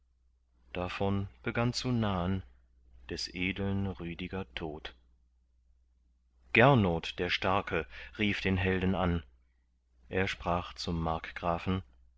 davon begann zu nahen des edeln rüdiger tod gernot der starke rief den helden an er sprach zum markgrafen